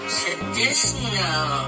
traditional